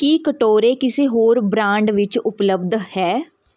ਕੀ ਕਟੋਰੇ ਕਿਸੇ ਹੋਰ ਬ੍ਰਾਂਡ ਵਿੱਚ ਉਪਲਬਧ ਹੈ